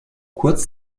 kurz